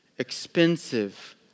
Expensive